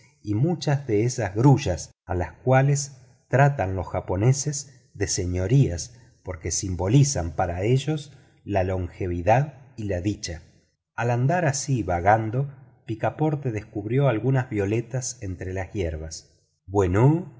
y muchas de esas grullas a las cuales tratan los japoneses de señorías porque simbolizan para ellos la longevidad y la dicha al andar así vagando picaporte descubrió algunas violetas entre las hierbas bueno